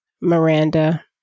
Miranda